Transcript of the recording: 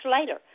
later